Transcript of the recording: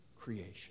creation